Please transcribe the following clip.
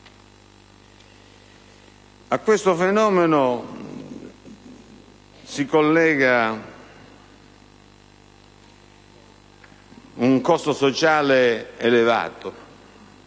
A questo fenomeno si collega un costo sociale elevato.